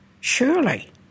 Surely